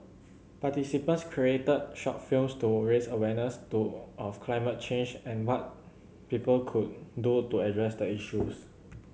participants created short films to raise awareness do of climate change and what people could do to address the issues